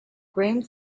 graeme